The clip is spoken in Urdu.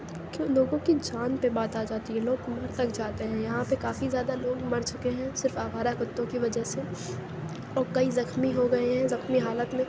کہ لوگوں کی جان پہ بات آ جاتی ہے لوگ مر تک جاتے ہیں یہاں پہ کافی زیادہ مر چُکے ہیں صرف آوارہ کتّوں کی وجہ سے اور کئی زخمی ہو گئے ہیں زخمی حالت میں